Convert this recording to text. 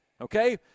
Okay